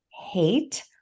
hate